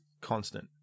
constant